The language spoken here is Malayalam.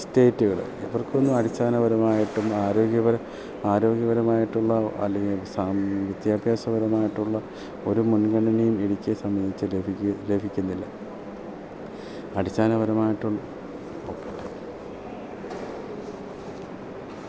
സ്റ്റേയ്റ്റ്കൾ ഇവർക്ക് ഒന്നും അടിസ്ഥാന പരമായിട്ടും ആരോഗ്യപരം ആരോഗ്യ പരമായിട്ടുള്ള അല്ലെങ്കിൽ വിദ്യാഭ്യാസ പരമായിട്ടുള്ള ഒരു മുൻഗണനേം ഇടുക്കിയെ സംബന്ധിച്ച് ലഭിക്കാൻ ലഭിക്കുന്നില്ല അടിസ്ഥാന പരമായിട്ടും ഒക്കെ